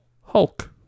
Hulk